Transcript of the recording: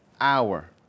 hour